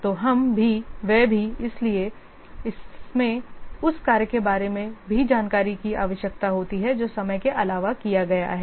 तो हम भी वे भी इसलिए इसमें उस कार्य के बारे में भी जानकारी की आवश्यकता होती है जो समय के अलावा किया गया है